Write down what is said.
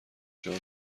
جان